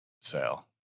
sale